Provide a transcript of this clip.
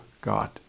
God